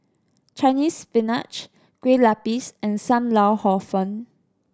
Chinese Spinach Kueh Lapis and Sam Lau Hor Fun